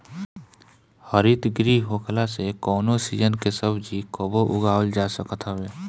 हरितगृह होखला से कवनो सीजन के सब्जी कबो उगावल जा सकत हवे